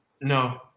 No